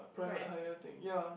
private hire thing ya